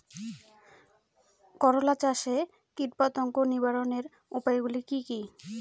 করলা চাষে কীটপতঙ্গ নিবারণের উপায়গুলি কি কী?